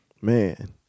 man